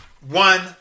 one